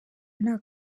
nta